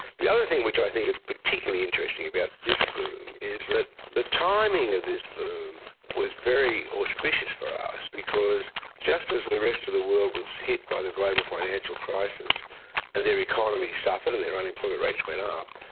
the other thing which i think is particularly interesting about this boom is that the timing of this boom was very auspicious for us because just as the rest of the world was hit by the global financial crisis and their economies suffered and their unemployment rates went up,